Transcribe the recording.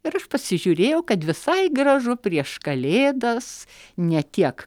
ir aš pasižiūrėjau kad visai gražu prieš kalėdas ne tiek